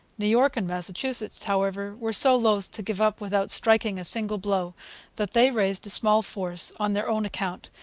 new york and massachusetts, however, were so loth to give up without striking a single blow that they raised a small force, on their own account,